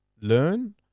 learn